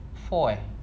four eh